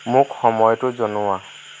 মোক সময়টো জনোৱা